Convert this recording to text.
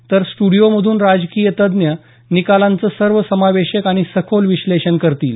तर स्टूडिओमधून राजकीय तज्ञ निकालांचं सर्व समावेशक आणि सखोल विश्लेषण करतील